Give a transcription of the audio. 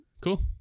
Cool